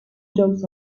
jokes